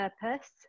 purpose